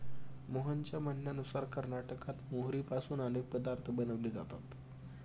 मोहनच्या म्हणण्यानुसार कर्नाटकात मोहरीपासून अनेक पदार्थ बनवले जातात